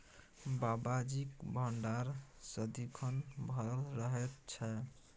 बाबाजीक भंडार सदिखन भरल रहैत छै